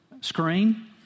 screen